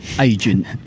agent